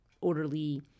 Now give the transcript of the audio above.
orderly